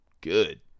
good